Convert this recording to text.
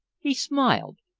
he smiled.